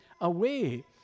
away